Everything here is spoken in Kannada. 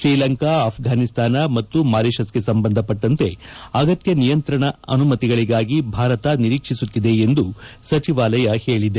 ಶ್ರೀಲಂಕಾ ಅಫ್ಟಾನಿಸ್ತಾನ ಮತ್ತು ಮಾರಿಷಸ್ಗೆ ಸಂಬಂಧಪಟ್ಟಂತೆ ಅಗತ್ಯ ನಿಯಂತ್ರಣ ಅನುಮತಿಗಳಿಗಾಗಿ ಭಾರತ ನಿರೀಕ್ಷಿಸುತ್ತಿದೆ ಎಂದು ಸಚಿವಾಲಯ ಹೇಳಿದೆ